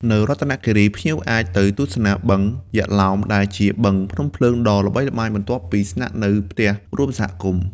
នៅរតនគិរី ភ្ញៀវអាចទៅទស្សនាបឹង យក្សឡោម ដែលជាបឹងភ្នំភ្លើងដ៏ល្បីល្បាញ បន្ទាប់ពីស្នាក់នៅផ្ទះរួមសហគមន៍។